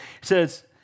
says